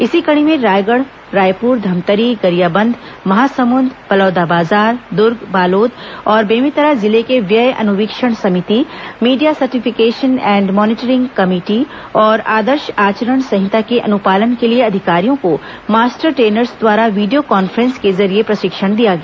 इसी कड़ी में रायगढ़ रायपुर धमतरी गरियाबंद महासमुंद बलौदाबाजार द्र्ग बालोद और बेमेतरा जिले के व्यय अनुवीक्षण समिति media certification and monitoring committee और आदर्श आचरण संहिता के अनुपालन के लिए अधिकारियों को मास्टर ट्रेनर्स द्वारा वीडियो कॉन्फ्रेंस के जरिये प्रशिक्षण दिया गया